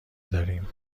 داریم